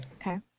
Okay